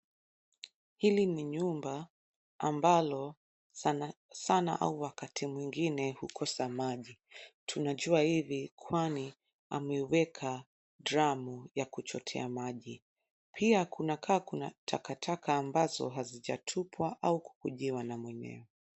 Hili ni nyumba ambalo sanasana au wakati mwingine hukosa maji. Tunajua hivi kwani ameweka drum ya kuchotea maji. Pia kunakaa kuna takataka ambazo hazijatupwa au kukujiwa na mwenyewe.